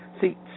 See